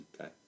okay